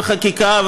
בחקיקה,